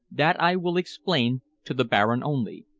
that i will explain to the baron only.